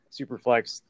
superflex